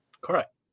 Correct